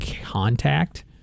contact